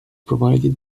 provided